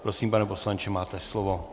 Prosím, pane poslanče, máte slovo.